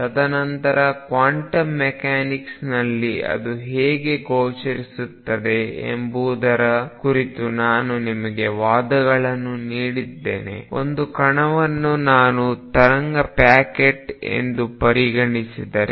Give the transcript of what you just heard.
ತದನಂತರ ಕ್ವಾಂಟಮ್ ಮೆಕ್ಯಾನಿಕ್ಸ್ನಲ್ಲಿ ಅದು ಹೇಗೆ ಗೋಚರಿಸುತ್ತದೆ ಎಂಬುದರ ಕುರಿತು ನಾನು ನಿಮಗೆ ವಾದಗಳನ್ನು ನೀಡಿದ್ದೇನೆ ಒಂದು ಕಣವನ್ನು ನಾನು ತರಂಗ ಪ್ಯಾಕೆಟ್ ಎಂದು ಪರಿಗಣಿಸಿದರೆ